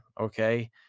Okay